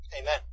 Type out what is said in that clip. Amen